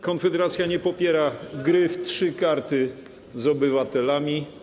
Konfederacja nie popiera gry w trzy karty z obywatelami.